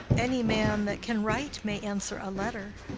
any man that can write may answer a letter.